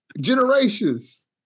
Generations